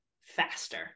faster